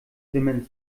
wimmern